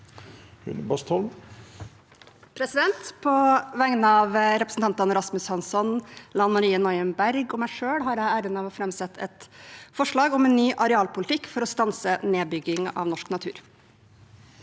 På vegne av re- presentantene Rasmus Hansson, Lan Marie Nguyen Berg og meg selv har jeg æren av å framsette et forslag om en ny arealpolitikk for å stanse nedbygging av norsk natur.